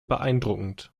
beeindruckend